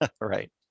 right